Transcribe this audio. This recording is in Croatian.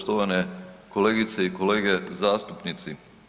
Štovane kolegice i kolege zastupnici.